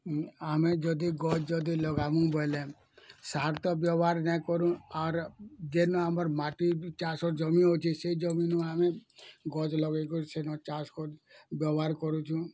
ଆମେ ଯଦି ଗଛ୍ ଯଦି ଲଗାଇବୁଁ ବୋଇଲେ ସାର୍ ତ ବ୍ୟବହାର୍ ନାଇ କରୁ ଆର୍ ଯେନ ଆମର ମାଟି ବି ଚାଷ ଜମି ଅଛି ସେ ଜମିନୁ ଆମେ ଗଛ୍ ଲଗାଇ କରି ସେନ ଚାଷ୍ କରି ବ୍ୟବହାର କରୁଛୁଁ